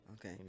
okay